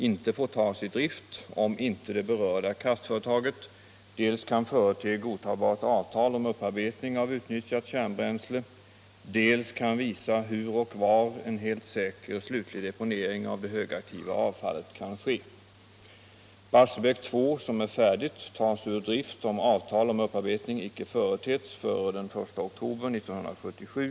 inte får tas i drift, om inte det berörda kraftföretaget dels kan förete godtagbart avtal om upparbetning av utnyttjat kärnbränsle, dels kan visa hur och var en helt säker slutlig deponering av det högaktiva avfallet kan ske. Barsebäck 2, som är färdigt. tas ur drift om avtal om upparbetning icke företetts före den I oktober 1977.